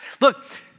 Look